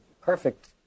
perfect